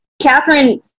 Catherine